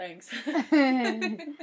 Thanks